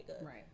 right